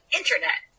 internet